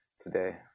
today